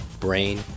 brain